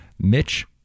Mitch